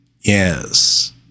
Yes